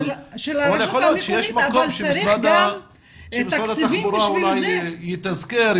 אבל יכול להיות שיש מקום שמשרד התחבורה אולי יתזכר,